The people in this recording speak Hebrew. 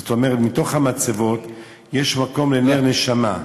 זאת אומרת, בתוך המצבות יש מקום לנר נשמה.